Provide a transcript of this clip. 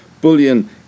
bullion